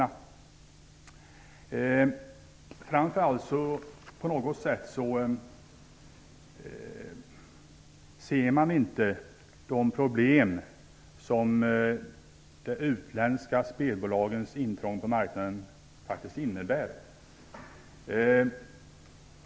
Man ser framför allt inte de problem som de utländska spelbolagens intrång på marknaden innebär.